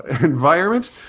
environment